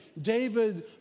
David